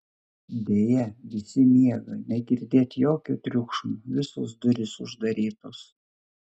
deja visi miega negirdėt jokio triukšmo visos durys uždarytos